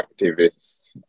activists